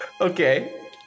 Okay